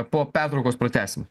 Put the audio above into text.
po pertraukos pratęsim